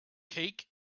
cake